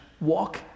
walk